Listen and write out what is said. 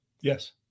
Yes